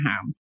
home